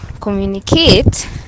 communicate